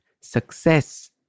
success